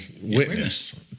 witness